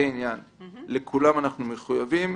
לכולם אנחנו מחויבים.